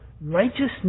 Righteousness